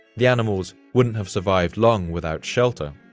the animals wouldn't have survived long without shelter.